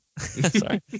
sorry